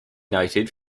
noted